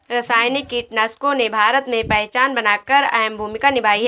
रासायनिक कीटनाशकों ने भारत में पहचान बनाकर अहम भूमिका निभाई है